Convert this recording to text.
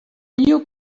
new